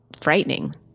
frightening